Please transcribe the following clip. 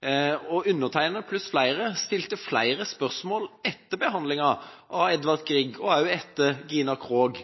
dag. Undertegnede – pluss flere – stilte flere spørsmål etter behandlinga av Edvard Grieg, og også etter Gina Krog,